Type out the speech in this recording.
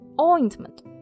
Ointment